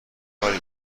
کاری